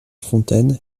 fontaine